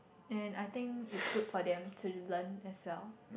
and I think it's good for them to learn as well